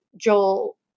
Joel